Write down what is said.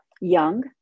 young